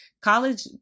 College